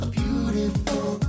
beautiful